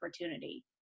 opportunity